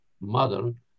modern